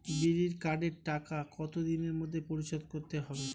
বিড়ির কার্ডের টাকা কত দিনের মধ্যে পরিশোধ করতে হবে?